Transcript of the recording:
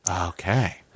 Okay